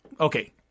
Okay